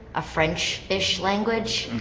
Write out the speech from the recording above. a french-ish language.